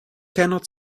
cannot